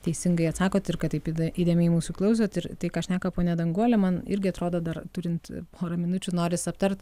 teisingai atsakot ir kad taip įda įdėmiai mūsų klausot ir tai ką šneka ponia danguolė man irgi atrodo dar turint porą minučių noris aptart